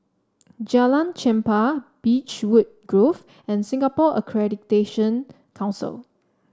Jalan Chempah Beechwood Grove and Singapore Accreditation Council